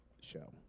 show